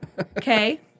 Okay